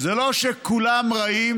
זה לא שכולם רעים,